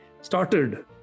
started